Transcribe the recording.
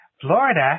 Florida